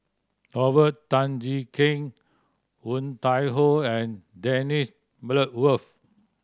Robert Tan Jee Keng Woon Tai Ho and Dennis Bloodworth